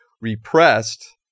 repressed